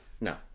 no